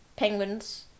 Penguins